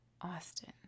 Austin